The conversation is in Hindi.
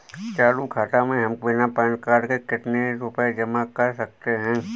चालू खाता में हम बिना पैन कार्ड के कितनी रूपए जमा कर सकते हैं?